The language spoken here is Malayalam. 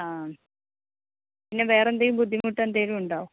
ആ പിന്നെ വേറെന്തേലും ബുദ്ധിമുട്ട് എന്തേലും ഉണ്ടോ